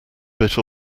bit